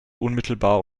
unmittelbar